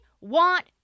want